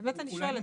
באמת אני שואלת.